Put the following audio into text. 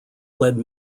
led